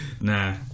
Nah